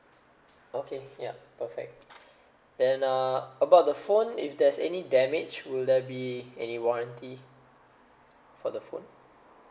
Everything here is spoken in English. okay ya perfect and uh about the phone if there's any damage will there be any warranty for the phone